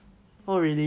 really